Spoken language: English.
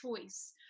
choice